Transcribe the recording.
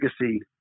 legacy